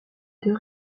deux